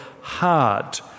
hard